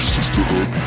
Sisterhood